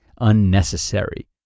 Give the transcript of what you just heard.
unnecessary